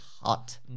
hot